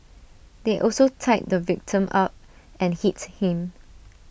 they also tied the victim up and hit him